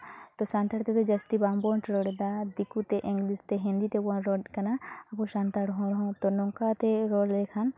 ᱛᱚ ᱥᱟᱱᱛᱟᱲ ᱛᱮᱫᱚ ᱡᱟᱹᱥᱛᱤ ᱵᱟᱝᱵᱚᱱ ᱨᱚᱲ ᱫᱟ ᱫᱤᱠᱩ ᱛᱮ ᱤᱝᱞᱤᱥ ᱛᱮ ᱦᱤᱱᱫᱤ ᱛᱮᱵᱚᱱ ᱨᱚᱲᱮᱫ ᱠᱟᱱᱟ ᱟᱵᱚ ᱥᱟᱱᱛᱟᱲ ᱦᱚᱲ ᱦᱚᱸᱛᱚ ᱱᱚᱝᱠᱟ ᱛᱮ ᱨᱚᱲ ᱞᱮᱠᱷᱟᱱ